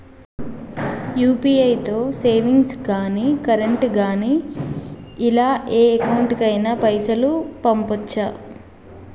UPI తో savings గాని current గాని ఇలా ఏ అకౌంట్ కైనా పైసల్ పంపొచ్చా?